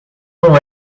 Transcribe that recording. não